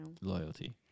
loyalty